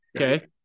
Okay